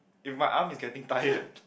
if my arm is getting tired